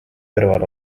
kõrval